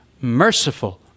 merciful